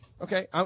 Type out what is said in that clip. Okay